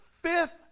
fifth